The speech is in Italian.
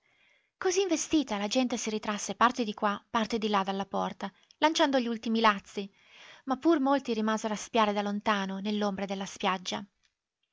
così investita la gente si ritrasse parte di qua parte di là dalla porta lanciando gli ultimi lazzi ma pur molti rimasero a spiare da lontano nell'ombra della spiaggia